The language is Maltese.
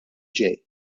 ġej